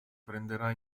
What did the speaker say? prenderà